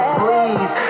please